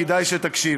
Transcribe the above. כדאי שתקשיב.